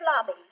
lobby